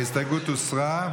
ההסתייגות הוסרה.